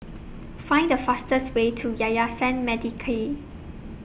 Find The fastest Way to Yayasan Mendaki